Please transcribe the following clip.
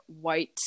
white